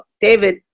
David